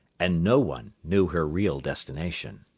and no one knew her real destination.